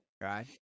Right